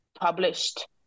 published